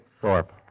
Thorpe